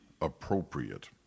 appropriate